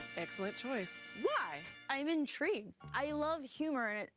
excellent choice. why? i'm intrigued. i love humor.